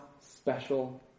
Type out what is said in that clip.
special